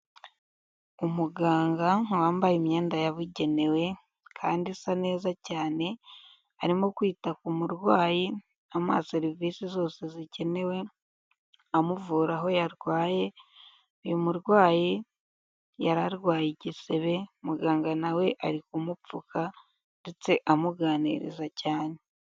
Umuganga wambaye imyenda yabugenewe kandi isa neza cyane, arimo kwita ku murwayi amaha serivisi zose zikenewe, amuvura aho yarwaye, uyu murwayi yari arwaye igisebe muganga na we ari kumupfuka ndetse amuganiriza cyane.